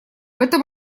этом